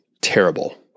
terrible